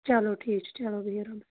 چلو ٹھیٖک چھُ چلو بِہِو رۄبَس